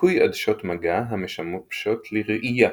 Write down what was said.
ניקוי עדשות מגע המשמשות לראייה.